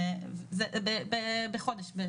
בחודש.